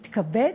מתכבדת?